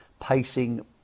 pacing